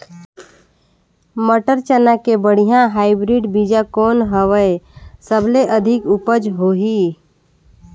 मटर, चना के बढ़िया हाईब्रिड बीजा कौन हवय? सबले अधिक उपज होही?